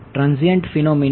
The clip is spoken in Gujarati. transient phenomena